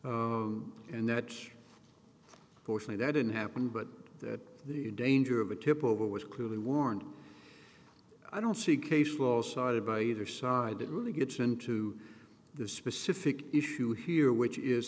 and that's for sure that didn't happen but that the danger of a tip over was clearly warned i don't see case law sided by either side it really gets into the specific issue here which is